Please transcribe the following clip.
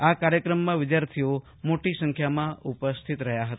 આ કાર્યક્રમમાં વિદ્યાર્થીઓ મોટી સંખ્યામાં ઉપસ્થિત રહ્યા હતા